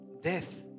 Death